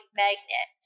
magnet